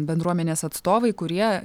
bendruomenės atstovai kurie